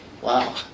Wow